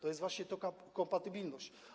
To jest właśnie ta kompatybilność.